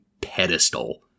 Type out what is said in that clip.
pedestal